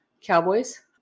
cowboys